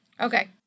Okay